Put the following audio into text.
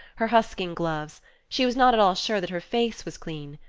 her husking gloves she was not at all sure that her face was clean.